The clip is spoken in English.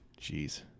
jeez